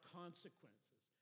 consequences